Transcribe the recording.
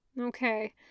Okay